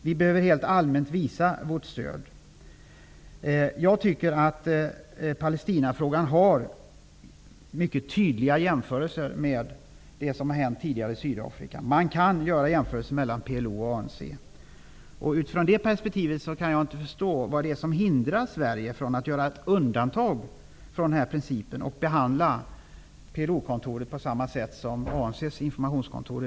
Vi behöver helt allmänt visa vårt stöd. Jag tycker att Palestinafrågan har en mycket tydlig likhet med händelserna i Sydafrika tidigare. Man kan göra jämförelser mellan PLO och ANC. Från det perspektivet kan jag inte förstå vad det är som hindrar Sverige från att göra ett undantag från principen och behandla PLO-kontoret på samma sätt som ANC:s informationskontor.